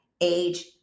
age